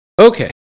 Okay